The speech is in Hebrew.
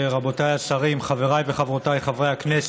רבותיי השרים, חבריי וחברותיי חברי הכנסת,